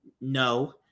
No